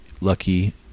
Lucky